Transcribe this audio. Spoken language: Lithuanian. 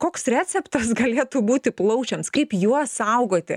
koks receptas galėtų būti plaučiams kaip juos saugoti